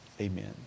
Amen